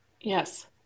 Yes